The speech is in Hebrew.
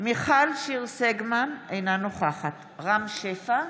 מיכל שיר סגמן, אינה נוכחת רם שפע,